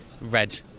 red